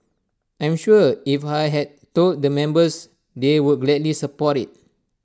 I'm sure if I had told the members they would gladly support IT